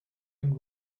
and